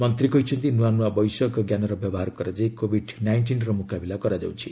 ମନ୍ତ୍ରୀ କହିଛନ୍ତି ନୂଆନୂଆ ବୈଷୟିକଞ୍ଜାନର ବ୍ୟବହାର କରାଯାଇ କୋଭିଡ୍ ନାଇଷ୍ଟିନ୍ର ମୁକାବିଲା କରାଯାଉଛି